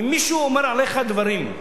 אם מישהו אומר עליך דברים,